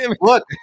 Look